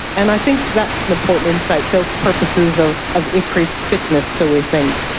and i think that's an important insight. so purposes of of increased fitness, so we think.